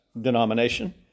denomination